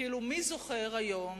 כאילו, מי זוכר היום